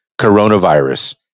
Coronavirus